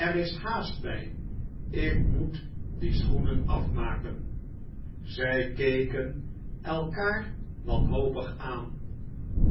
er is haast by ik moet die schoenen afmaken zy keken elkaar wanhopig aan